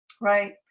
Right